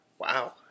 Wow